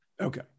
Okay